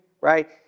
right